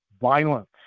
violence